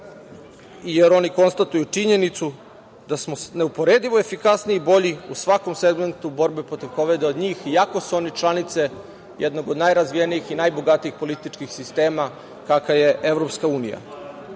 jer oni konstatuju činjenicu, da smo neuporedivo efikasniji i bolji u svakom segmentu borbe protiv kovida od njih iako su oni članice jednog od najrazvijenih i najbogatijih političkih sistema, kakva je EU. I da uprkos